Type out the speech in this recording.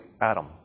Adam